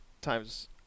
times